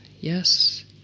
yes